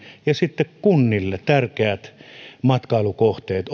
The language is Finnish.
ja kunnille tärkeät matkailukohteet